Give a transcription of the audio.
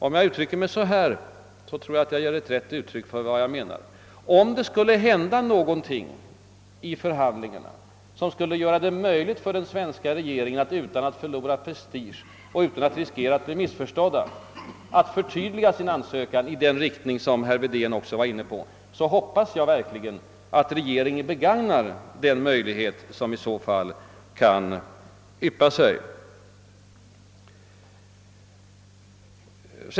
Om jag uttrycker mig så här, tror jag att det ger ett riktigt uttryck för vad jag menar: Om det skulle hända någonting i förhandlingarna som gör det möjligt för den svenska regeringen att — utan att förlora prestige och riskera att bli missförstådd — förtydliga sin ansökan i den riktning som herr Wedén också var inne på, så hoppas jag verkligen att regeringen begagnar den möjlighet som i så fall kan yppa sig.